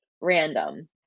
random